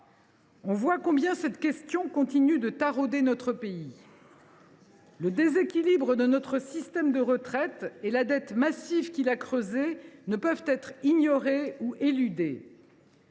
On voit combien cette question continue de tarauder notre pays. « Le déséquilibre de notre système de retraites et la dette massive qu’il a creusée ne peuvent être ignorés ou éludés.